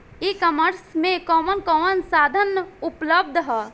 ई कॉमर्स में कवन कवन साधन उपलब्ध ह?